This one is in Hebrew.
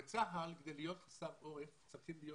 בצה"ל, כדי להיות חסר עורף, צריכים להיות